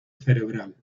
cerebral